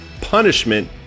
Punishment